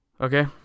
Okay